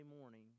morning